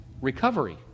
recovery